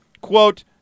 quote